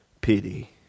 pity